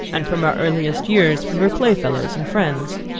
and from our earliest years we were playfellows and friends.